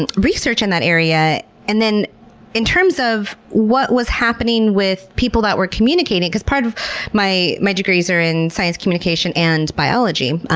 and research in that area and in terms of what was happening with people that were communicating, because part of my my degrees are in science communication and biology.